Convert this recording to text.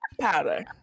Powder